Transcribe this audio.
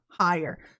higher